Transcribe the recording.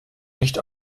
nicht